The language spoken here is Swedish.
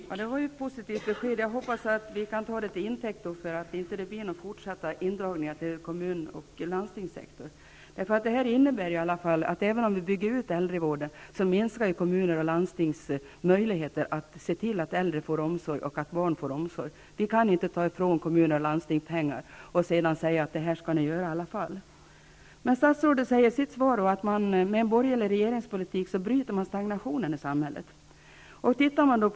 Herr talman! Det var ett positivt besked. Jag hoppas att vi kan ta det till intäkt för att det inte blir fortsatta indragningar på kommun och landstingssektorn. Även om vi bygger ut äldrevården innebär det här att kommunernas och landstingens möjligheter att se till att äldre och barn får omsorg minskar. Vi kan inte ta ifrån kommuner och landsting pengar och sedan säga att det här skall göras i alla fall. Statsrådet säger i sitt svar att man bryter stagnationen i samhället med en borgerlig regeringspolitik.